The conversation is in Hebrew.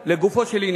לגופו של עניין,